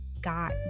got